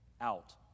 out